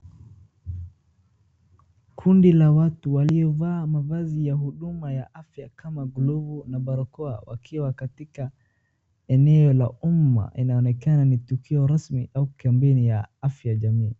Kundi la watu waliovaa mavazi ya huduma ya afya kama glavu na barakoa wakiwa katika eneo la umma. Inaonekana ni tukio rasmi au kampeni ya afya ya jamii.